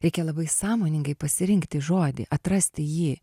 reikia labai sąmoningai pasirinkti žodį atrasti jį